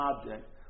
object